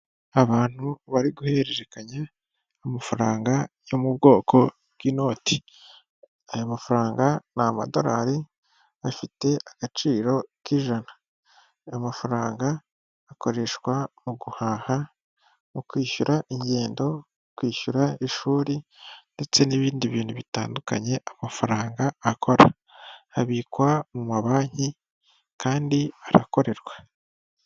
Abantu bari guhererekanya amafaranga yo mu bwoko bw'inoti. Aya mafaranga ni amadolari afite agaciro k'ijana. Amafaranga akoreshwa mu guhaha no kwishyura ingendo, kwishyura ishuri, ndetse n'ibindi bintu bitandukanye amafaranga akora. Abikwa mu mabanki kandi arakorerwa.